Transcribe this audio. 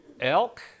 Elk